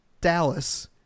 Dallas